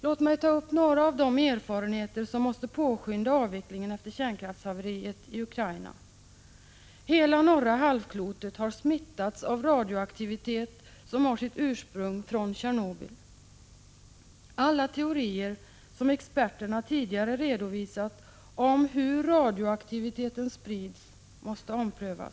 Jag vill nämna några av de erfarenheter som gör att man efter kärnkraftshaveriet i Ukraina måste påskynda en avveckling av kärnkraften. Hela norra halvklotet har smittats av radioaktivitet som har sitt ursprung i Tjernobyl. Alla de teorier som experterna tidigare har redovisat om hur radioaktiviteten sprids måste omprövas.